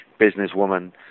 businesswoman